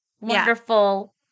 wonderful